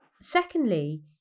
Secondly